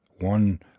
one